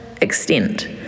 extent